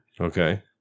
Okay